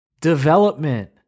development